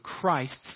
Christ's